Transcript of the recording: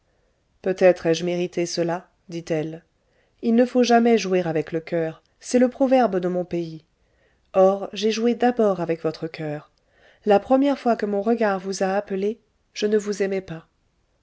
peut-être ai-je mérité cela dit-elle il ne faut jamais jouer avec le coeur c'est le proverbe de mon pays or j'ai joué d'abord avec votre coeur la première fois que mon regard vous a appelé je ne vous aimais pas